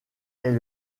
est